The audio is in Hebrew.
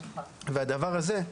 הדבר הזה,